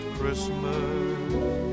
Christmas